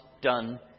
done